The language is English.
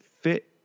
fit